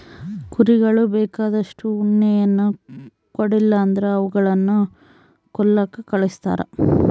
ಕುರಿಗಳು ಬೇಕಾದಷ್ಟು ಉಣ್ಣೆಯನ್ನ ಕೊಡ್ಲಿಲ್ಲ ಅಂದ್ರ ಅವುಗಳನ್ನ ಕೊಲ್ಲಕ ಕಳಿಸ್ತಾರ